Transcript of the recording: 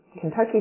Kentucky